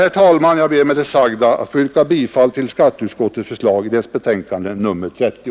Herr talman! Jag ber med det sagda att få yrka bifall till skatteutskottets förslag i dess betänkande nr 30.